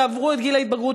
ועברו את גיל ההתבגרות,